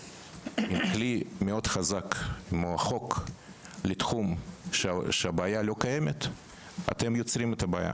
כלי מאוד חזק כמו חוק לתחום שהבעיה לא קיימת אתם יוצרים את הבעיה.